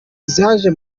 zaje